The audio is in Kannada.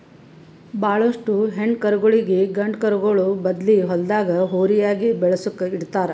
ಭಾಳೋಷ್ಟು ಹೆಣ್ಣ್ ಕರುಗೋಳಿಗ್ ಗಂಡ ಕರುಗೋಳ್ ಬದ್ಲಿ ಹೊಲ್ದಾಗ ಹೋರಿಯಾಗಿ ಬೆಳಸುಕ್ ಇಡ್ತಾರ್